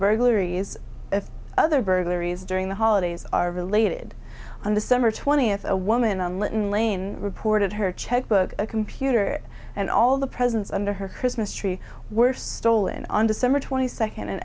burglaries if other burglaries during the holidays are related and december twentieth a woman on lytton lane reported her checkbook a computer and all the presents under her christmas tree were stolen on december twenty second an